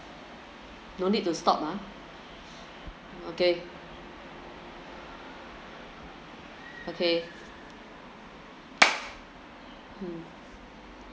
no need to stop ah okay okay mm